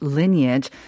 lineage